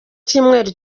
cyumweru